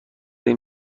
این